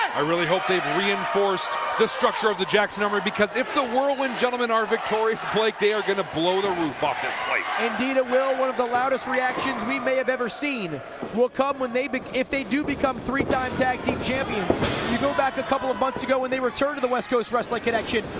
i really hope they've reinforced the structure of the jackson armory because if the whirlwind gentlemen are victorious, blake they are going to blow the roof off this place. bc indeed it will. one of the loudest reactions we may have ever seen will come, when they bec. if they do become three time tag team champions you go back a couple of months ago when they returned to the west coast wrestling connection.